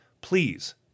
please